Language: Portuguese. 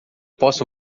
posso